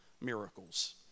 miracles